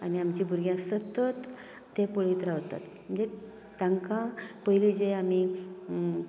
आनी आमच्या भुरग्यांक सतत तें पळयत रावतात मागीर तांकां पयलीं जें आमी